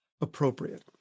appropriate